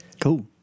Cool